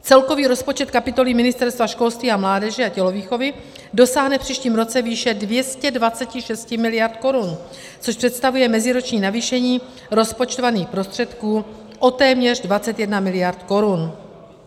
Celkový rozpočet kapitoly Ministerstva školství, mládeže a tělovýchovy dosáhne v příštím roce výše 226 mld. korun, což představuje meziroční navýšení rozpočtovaných prostředků o téměř 21 mld. korun.